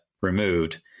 removed